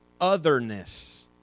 otherness